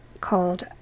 called